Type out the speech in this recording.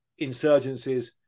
insurgencies